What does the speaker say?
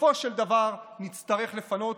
בסופו של דבר נצטרך לפנות